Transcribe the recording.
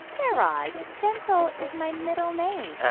guy raz, gentle is my middle name